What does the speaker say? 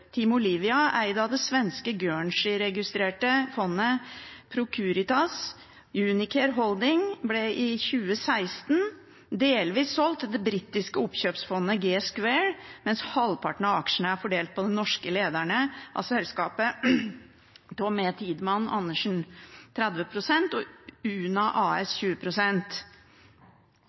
Olivia er eid av det svenske Guernsey-registrerte fondet Procuritas. Unicare Holding ble i 2016 delvis solgt til det britiske oppkjøpsfondet G Square, mens halvparten av aksjene er fordelt på de norske lederne av selskapet: Tom E. Tidemann-Andersen med 30 pst. og Una